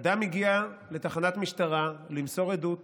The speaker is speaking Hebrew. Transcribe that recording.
אדם הגיע לתחנת משטרה כדי למסור עדות